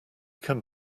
can